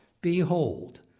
behold